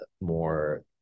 more